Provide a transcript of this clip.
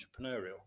entrepreneurial